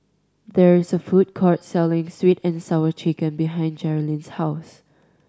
there is a food court selling Sweet And Sour Chicken behind Jerilyn's house